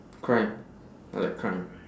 crime I like crime